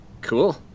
Cool